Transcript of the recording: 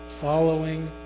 following